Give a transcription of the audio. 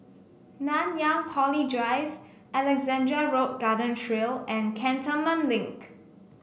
Nanyang Poly Drive Alexandra Road Garden Trail and Cantonment Link